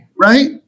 right